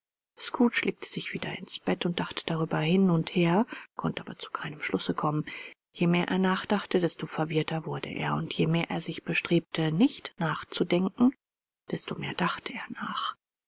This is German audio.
scrooge legte sich wieder ins bett und dachte darüber hin und her konnte aber zu keinem schlusse kommen je mehr er nachdachte desto verwirrter wurde er und je mehr er sich bestrebte nicht nachzudenken desto mehr dachte er nach